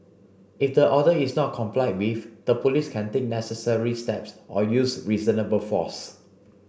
if the order is not complied with the Police can take necessary steps or use reasonable force